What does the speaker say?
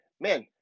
man